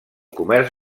comerç